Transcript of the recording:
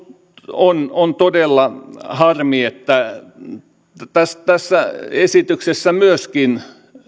minusta on todella harmi että tässä esityksessä myöskin